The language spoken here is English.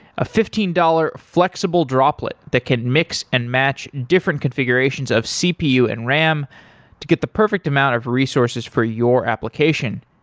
a fifteen dollars flexible droplet that can mix and match different configurations of cpu and ram to get the perfect amount of resources for your application.